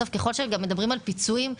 ככל שגם מדברים על פיצויים,